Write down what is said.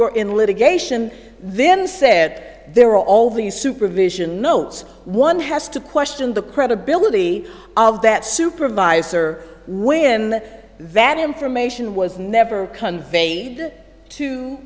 were in litigation then said there are all these supervision notes one has to question the credibility of that supervisor when that information was never co